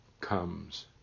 comes